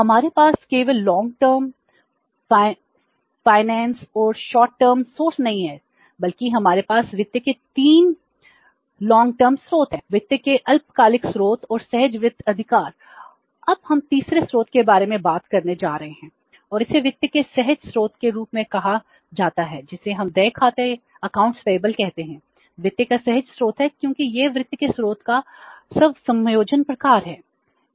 हमारे पास केवल दीर्घावधि कहते हैं वित्त का सहज स्रोत है क्योंकि यह वित्त के स्रोत का स्व समायोजन प्रकार है